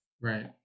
Right